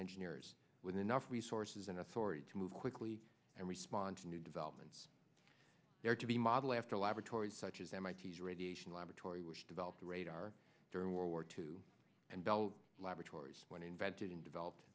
engineers with enough resources and authority to move quickly and respond to new developments there to be modeled after laboratories such as mit's radiation laboratory which developed radar during world war two and bell laboratories when invented and developed